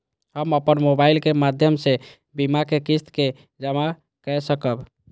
हम अपन मोबाइल के माध्यम से बीमा के किस्त के जमा कै सकब?